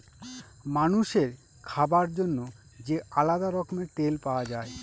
মানুষের খাবার জন্য যে আলাদা রকমের তেল পাওয়া যায়